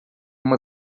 uma